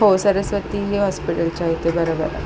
हो सरस्वती हॉस्पिटलच्या इथं बरोबर आहे